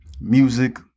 music